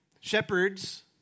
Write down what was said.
shepherds